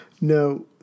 No